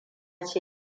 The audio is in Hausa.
ce